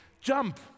jump